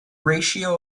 ratio